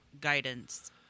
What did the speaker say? guidance